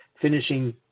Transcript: finishing